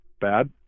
bad